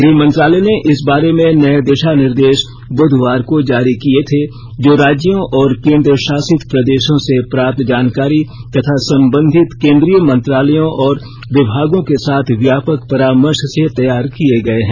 गृह मंत्रालय ने इस बारे में नये दिशा निर्देश बुधवार को जारी किये थे जो राज्यों और केन्द्र शासित प्रदेशों से प्राप्त जानकारी तथा संबंधित केन्द्रीय मंत्रालयों और विभागों के साथ व्यापक परामर्श से तैयार किये गये हैं